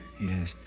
Yes